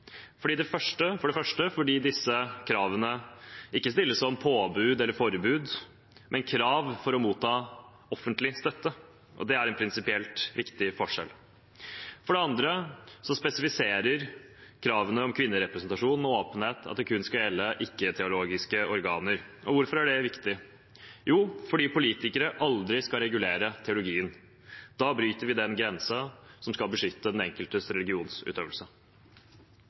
for det første fordi disse kravene ikke stilles som påbud eller forbud, men som krav for å motta offentlig støtte. Det er en prinsipielt viktig forskjell. For det andre spesifiserer kravene om kvinnerepresentasjon og åpenhet at de kun skal gjelde ikke-teologiske organer. Hvorfor er det viktig? Jo, fordi politikere aldri skal regulere teologien. Da bryter vi den grensen som skal beskytte den enkeltes religionsutøvelse.